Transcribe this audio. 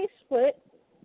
split